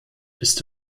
ist